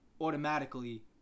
automatically